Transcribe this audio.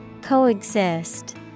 Coexist